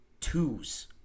twos